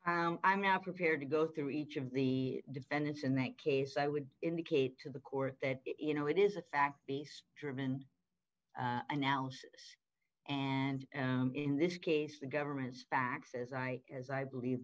the i'm now prepared to go through each of the defendants in that case i would indicate to the court that you know it is a fact based driven analysis and in this case the government's facts as i as i believe